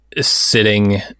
sitting